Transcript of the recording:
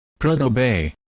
prudhoe bay